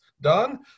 done